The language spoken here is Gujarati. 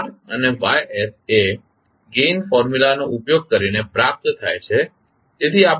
તેથી R અને Ys એ ગેઈન ફોર્મ્યુલા નો ઉપયોગ કરીને પ્રાપ્ત થાય છે તેથી આપણે શું કરીશું